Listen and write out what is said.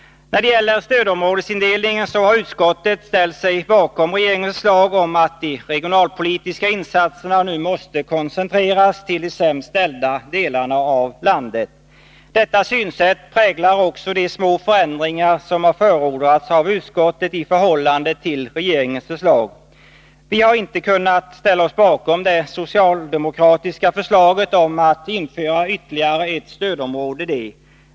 När det gäller stödområdesindelningen har utskottet ställt sig bakom regeringens förslag att de regionalpolitiska insatserna nu skall koncentreras till de sämst ställda delarna av landet. Detta synsätt präglar också de små förändringar som har förordats av utskottet i förhållande till regeringens förslag. Vi har inte kunnat ställa oss bakom det socialdemokratiska förslaget om att införa ytterligare ett stödområde D.